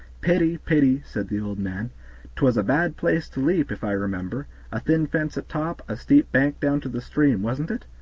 pity! pity! said the old man twas a bad place to leap, if i remember a thin fence at top, a steep bank down to the stream, wasn't it?